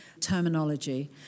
terminology